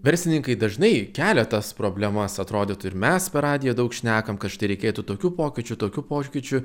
verslininkai dažnai kelia tas problemas atrodytų ir mes per radiją daug šnekam kad tai reikėtų tokių pokyčių tokių pokyčių